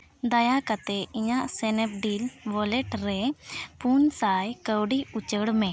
ᱫᱟᱭᱟ ᱠᱟᱛᱮᱫ ᱤᱧᱟᱹᱜ ᱥᱱᱮᱯᱰᱤᱞ ᱚᱣᱟᱞᱮᱴ ᱨᱮ ᱯᱩᱱ ᱥᱟᱭ ᱠᱟᱹᱣᱰᱤ ᱩᱪᱟᱹᱲ ᱢᱮ